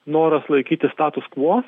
noras laikytis status kvo